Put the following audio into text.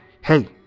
Hey